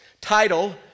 title